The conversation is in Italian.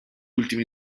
ultimi